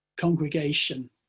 congregation